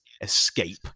escape